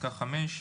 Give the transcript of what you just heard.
בפסקה (5)